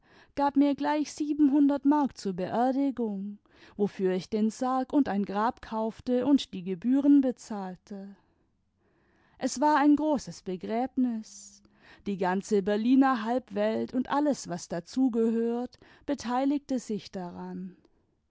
gab mir gleich siebenhundert mark zur beerdigung wofür ich den sarg und ein grab kaufte und die gebühren bezahlte es war ein groes begrbnis die ganze berliner halbwelt iind alles was dazu gehört beteiligte sich daran